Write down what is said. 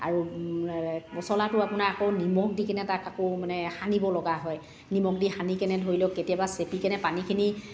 আৰু পচলাটো আপোনাৰ আকৌ নিমখ দিকেনে তাক আকৌ মানে সানিব লগা হয় নিমখ দি সানিকেনে ধৰি লওক কেতিয়াবা চেপিকেনে পানীখিনি